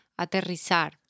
aterrizar